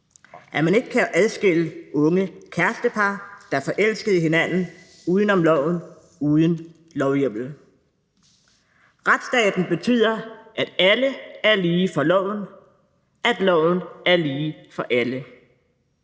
at man ikke kan adskille unge kærestepar, der er forelskede i hinanden, uden om loven, uden lovhjemmel. Retsstaten betyder, at alle er lige for loven; at loven er lige for alle;